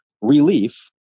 Relief